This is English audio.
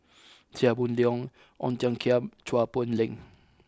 Chia Boon Leong Ong Tiong Khiam and Chua Poh Leng